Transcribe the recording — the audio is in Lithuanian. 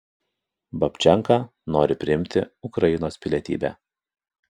babčenka nori priimti ukrainos pilietybę